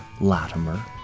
Latimer